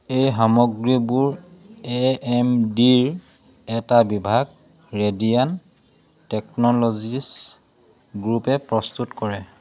এই সামগ্ৰীবোৰ A M ডিৰ এটা বিভাগ ৰেডিয়ন টেকন'লজিছ গ্ৰুপে প্ৰস্তুত কৰে